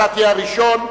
אתה תהיה הראשון,